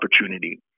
opportunity